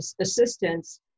assistance